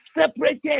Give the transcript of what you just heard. separated